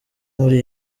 muri